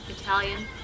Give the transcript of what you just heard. Italian